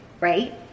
Right